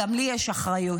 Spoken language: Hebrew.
גם לי יש אחריות?